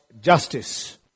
justice